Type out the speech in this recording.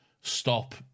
stop